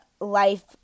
life